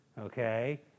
okay